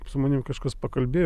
su manim kažkas pakalbėjo